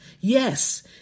Yes